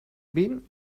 been